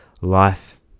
life